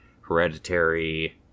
hereditary